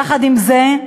יחד עם זה,